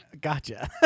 Gotcha